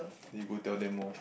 then you go tell them more